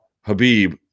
Habib